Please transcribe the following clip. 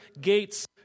gates